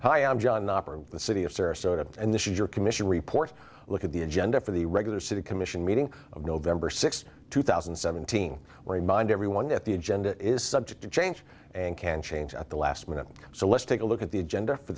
hi i'm john the city of sarasota and this is your commission report look at the agenda for the regular city commission meeting of november sixth two thousand and seventeen remind everyone that the agenda is subject to change and can change at the last minute so let's take a look at the agenda for